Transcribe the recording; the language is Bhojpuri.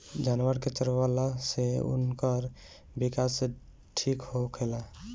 जानवर के चरवला से उनकर विकास ठीक होखेला